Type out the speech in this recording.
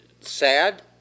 sad